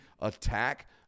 attack –